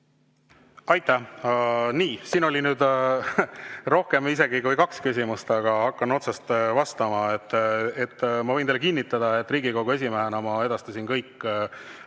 Aitäh! Nii, siin oli rohkem kui kaks küsimust, aga hakkan otsast vastama. Ma võin teile kinnitada, et Riigikogu esimehena ma edastasin kõik